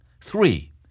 Three